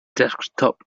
desktop